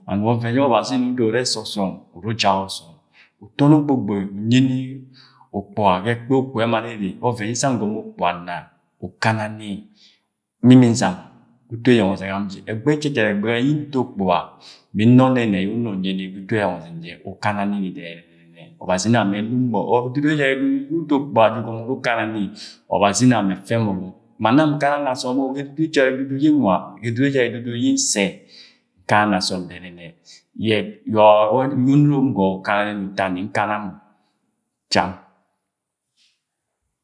And wa ọvẹn ye ọbazi Ina udod urẹ ọsọm uru ujak ọsọk utọ ni ogbogboi unyi ni ukpuga ga ẹgbẹ ukpuga ẹma ni ere ọvẹn yẹ nsang ngomo ukpuga nna ukana ni mi nmi nzama ga utu eyeng ọzẹng am jẹ ẹgbẹghẹ ejara ẹgbẹ-ghẹ yi nto ukpuga mi nna ọnẹnẹ yẹ una unyi ni ga utu eyeng ọzẹng je ukana nini dẹnẹnẹ-dẹnẹnẹ ọbazi ina mẹ ẹnung mọ ẹdudu ẹjara ẹdudu yu uda ukpuga jẹ ugọmọ uru ukana ni ọbazi ina mẹ ẹfẹ mọ ọbọk ma nam nkana ni asọm o ẹdudu ẹjare ẹdudu yi nwa, ge ẹdudu ẹjarẹ ẹdudu yẹ nsẹ nkana ni asọm dẹnẹnẹ, yet wọ onurom gwo ukana nini uta ni nkana mọ cham.